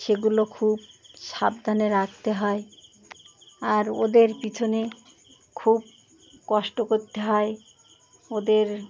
সেগুলো খুব সাবধানে রাখতে হয় আর ওদের পিছনে খুব কষ্ট করতে হয় ওদের